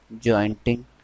Jointing